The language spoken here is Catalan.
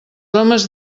homes